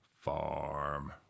farm